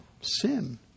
sin